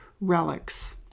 relics